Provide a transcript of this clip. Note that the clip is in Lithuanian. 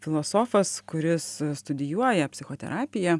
filosofas kuris studijuoja psichoterapiją